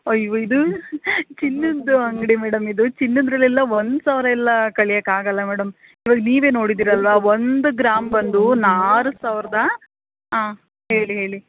ಅಯ್ಯೋ ಇದು ಚಿನ್ನದ್ದು ಅಂಗಡಿ ಮೇಡಮ್ ಇದು ಚಿನ್ನದ್ದರಲೆಲ್ಲ ಒಂದು ಸಾವಿರ ಎಲ್ಲ ಕಳಿಯಾಕೆ ಆಗೊಲ್ಲ ಮೇಡಮ್ ಇವಾಗ ನೀವೆ ನೋಡಿದಿರಲ್ವ ಒಂದು ಗ್ರಾಮ್ ಬಂದು ಆರು ಸಾವಿರದ ಹಾಂ ಹೇಳಿ ಹೇಳಿ